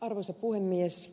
arvoisa puhemies